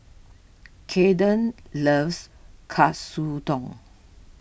Kaeden loves Katsudon